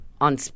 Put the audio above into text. on